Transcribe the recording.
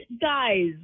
Guys